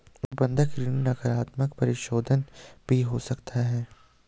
बंधक ऋण नकारात्मक परिशोधन भी हो सकता है